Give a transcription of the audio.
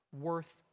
worth